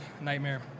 nightmare